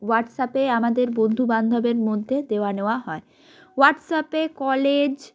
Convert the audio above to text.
হোয়াটসঅ্যাপে আমাদের বন্ধু বান্ধবের মধ্যে দেওয়া নেওয়া হয় হোয়াটসঅ্যাপে কলেজ